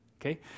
Okay